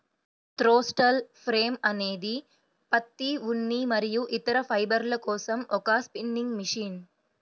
throstle frame అనేది పత్తి, ఉన్ని మరియు ఇతర ఫైబర్ల కోసం ఒక స్పిన్నింగ్ మెషిన్